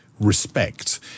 respect